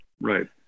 Right